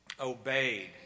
obeyed